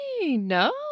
no